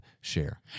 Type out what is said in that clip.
share